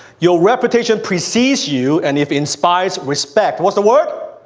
your reputation precedes you and if inspires respect. what's the word?